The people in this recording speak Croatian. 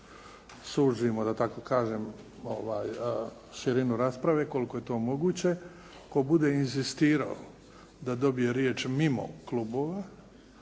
suzimo da tako kažem širinu rasprave koliko je to moguće. Tko bude inzistirao da dobije riječ mimo klubova